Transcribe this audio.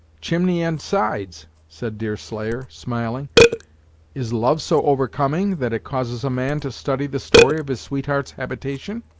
chimney and sides, said deerslayer, smiling is love so overcoming that it causes a man to study the story of his sweetheart's habitation?